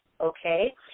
okay